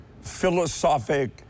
philosophic